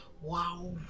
Wow